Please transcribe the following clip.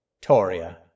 Toria